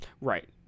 right